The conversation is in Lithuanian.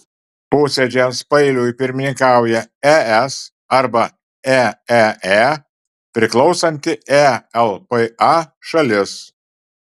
posėdžiams paeiliui pirmininkauja es arba eee priklausanti elpa šalis